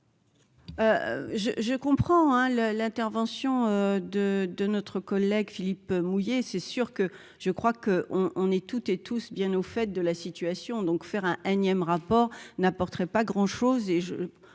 je comprends hein le l'intervention de de notre collègue Philippe mouiller, c'est sûr que je crois que on on est toutes et tous, bien au fait de la situation donc faire un énième rapport n'apporterait pas grand chose